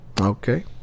Okay